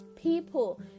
People